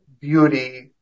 beauty